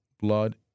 blood